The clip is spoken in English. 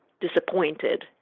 disappointed